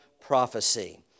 prophecy